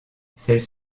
celles